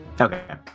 Okay